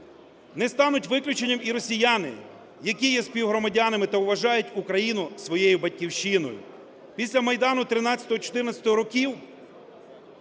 Не стануть виключенням і росіяни, які є співгромадянами та вважають Україну своєю Батьківщиною. Після Майдану 13-14-го років